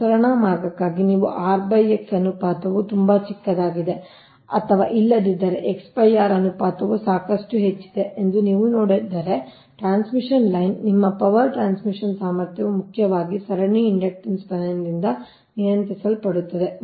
ಪ್ರಸರಣ ಮಾರ್ಗಕ್ಕಾಗಿ ನೀವು r x ಅನುಪಾತವು ತುಂಬಾ ಚಿಕ್ಕದಾಗಿದೆ ಅಥವಾ ಇಲ್ಲದಿದ್ದರೆ x r ಅನುಪಾತವು ಸಾಕಷ್ಟು ಹೆಚ್ಚಿದೆ ಎಂದು ನೀವು ನೋಡಿದರೆ ಟ್ರಾನ್ಸ್ಮಿಷನ್ ಲೈನ್ನ ನಿಮ್ಮ ಪವರ್ ಟ್ರಾನ್ಸ್ಮಿಷನ್ ಸಾಮರ್ಥ್ಯವು ಮುಖ್ಯವಾಗಿ ಸರಣಿ ಇಂಡಕ್ಟನ್ಸ್ ಬಲದಿಂದ ನಿಯಂತ್ರಿಸಲ್ಪಡುತ್ತದೆ